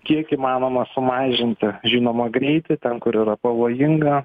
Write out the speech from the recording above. kiek įmanoma sumažinti žinoma greitį ten kur yra pavojinga